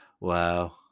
Wow